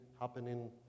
happening